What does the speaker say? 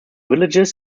villages